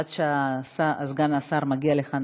עד שסגן השר מגיע לכאן,